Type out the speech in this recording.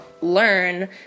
learn